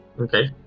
okay